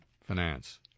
finance